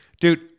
Dude